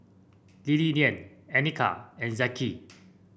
Liliana Anika and Zeke